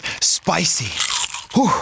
spicy